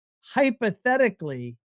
hypothetically